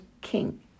king